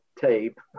tape